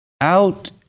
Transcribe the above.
out